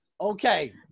Okay